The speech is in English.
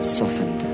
softened